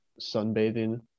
sunbathing